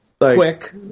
quick